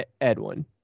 Edwin